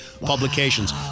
publications